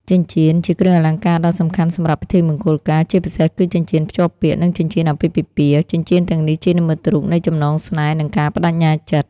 ចិញ្ចៀន ជាគ្រឿងអលង្ការដ៏សំខាន់សម្រាប់ពិធីមង្គលការ ជាពិសេសគឺចិញ្ចៀនភ្ជាប់ពាក្យ និងចិញ្ចៀនអាពាហ៍ពិពាហ៍។ ចិញ្ចៀនទាំងនេះជានិមិត្តរូបនៃចំណងស្នេហ៍ និងការប្តេជ្ញាចិត្ត។